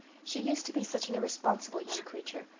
she used to be such an irresponsible young creature.